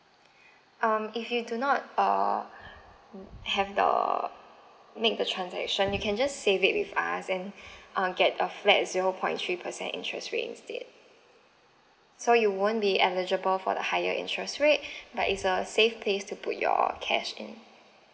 um if you do not err have the make the transaction you can just save it with us and uh get a flat zero point three percent interest rate instead so you won't be eligible for the higher interest rate but it's a safe place to put your cash in